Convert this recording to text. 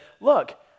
look